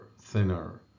thinner